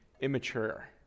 immature